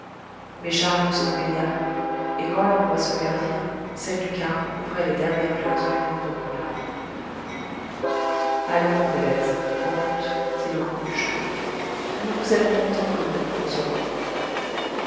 mais chariot s'en paya et quand leurs voix se perdirent celle du carme couvrait les dernières plaintes du pauvre mignon allons brulette en route dit le grand bûcheux nous vous aimerons tant que nous vous consolerons